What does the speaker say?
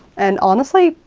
and honestly,